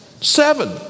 Seven